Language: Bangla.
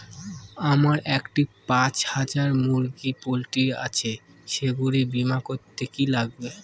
আমার একটি পাঁচ হাজার মুরগির পোলট্রি আছে সেগুলি বীমা করতে কি লাগবে?